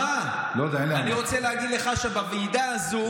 שמע, אני רוצה להגיד לך שבוועידה הזאת